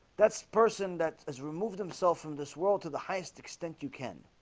that's person that has removed himself from this world to the highest extent you can